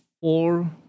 four